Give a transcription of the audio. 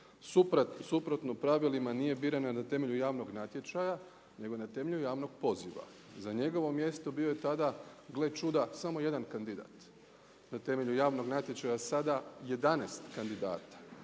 suprotno pravilima nije biran na temelju javnog natječaja nego na temelju javnog poziva. Za njegovo mjesto bio je tada, gle čuda, samo jedan kandidat, na temelju javnog natječaja sada 11 kandidata,